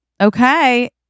Okay